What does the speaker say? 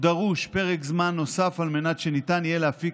ודרוש פרק זמן נוסף על מנת שניתן יהיה להפיק